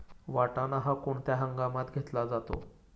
वाटाणा हा कोणत्या हंगामात घेतला जातो?